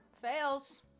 fails